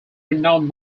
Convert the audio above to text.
renowned